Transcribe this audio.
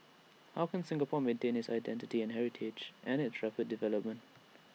how can Singapore maintain its identity and heritage amid its traper development